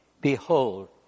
Behold